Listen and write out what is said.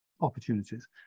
opportunities